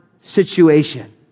situation